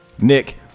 Nick